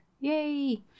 Yay